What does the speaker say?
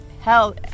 Hell